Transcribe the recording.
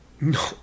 No